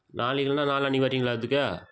நாளைக்கு இல்லைன்னா நாளன்னிக்கி வரீங்களா அதுக்கு